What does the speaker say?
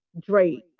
Drake